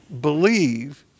believe